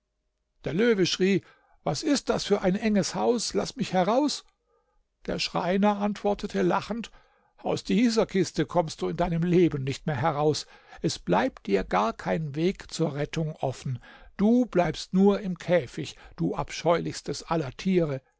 der löwe schrie was ist das für ein enges haus laß mich heraus der schreiner antwortete lachend aus dieser kiste kommst du in deinem leben nicht mehr heraus es bleibt dir gar kein weg zur rettung offen du bleibst nur im käfig du abscheulichstes aller tiere